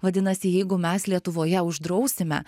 vadinasi jeigu mes lietuvoje uždrausime